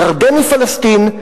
ירדן היא פלסטין,